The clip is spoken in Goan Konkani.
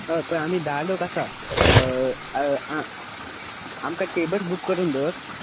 हय पळय आमी धा लोक आसा आमका टेबल बूक करून दवर